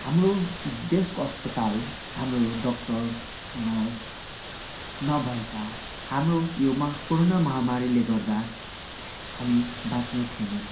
हाम्रो देशको अस्पताल हाम्रो डक्टर नर्स नभए त हाम्रो यो मा कोरोना माहामारीले गर्दा हामी बाँच्ने थिएनन्